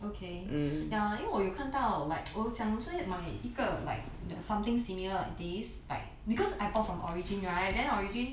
okay ya 因为我有看到 like 我又想说要买一个 like there's something similar like this like because I bought from origin right then origin